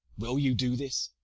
will you do this?